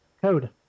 Code